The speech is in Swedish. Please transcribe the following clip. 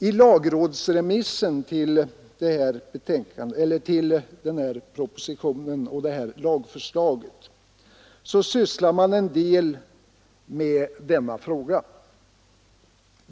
I lagrådsremissen över det här lagförslaget sysslar man en del med denna fråga.